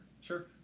Sure